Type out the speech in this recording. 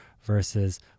Versus